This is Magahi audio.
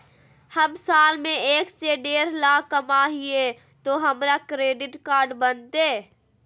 हम साल में एक से देढ लाख कमा हिये तो हमरा क्रेडिट कार्ड बनते?